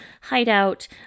hideout